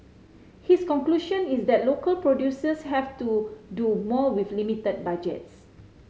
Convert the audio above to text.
his conclusion is that local producers have to do more with limited budgets